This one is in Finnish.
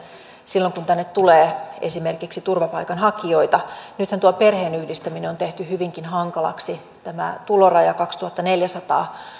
silloin kun tänne tulee esimerkiksi turvapaikanhakijoita nythän tuo perheenyhdistäminen on tehty hyvinkin hankalaksi tämä tuloraja kaksituhattaneljäsataa